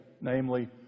namely